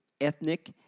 ethnic